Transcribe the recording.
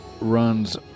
runs